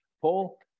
Paul